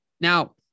Now